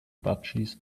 budgies